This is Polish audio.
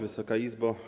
Wysoka Izbo!